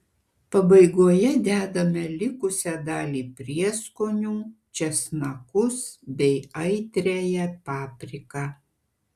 pabaigoje dedame likusią dalį prieskonių česnakus bei aitriąją papriką